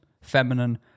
feminine